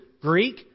Greek